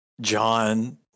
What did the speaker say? John